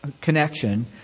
connection